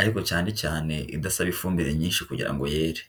ariko cyane cyane idasaba ifumbire nyinshi kugira ngo yere.